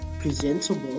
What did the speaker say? presentable